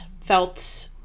felt